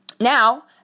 now